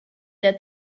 der